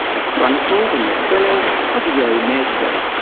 as chronicled in the thrillers of jo nesbo.